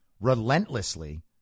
relentlessly